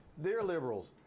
dear liberals,